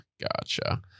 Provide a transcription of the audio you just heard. Gotcha